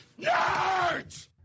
nerds